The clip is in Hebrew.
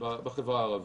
בחברה הערבית.